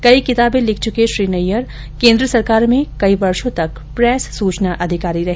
कई किताबे लिख चुके श्री र्नैयर केन्द्र सरकार में कई वर्षो तक प्रेस सूचना अधिकारी रहे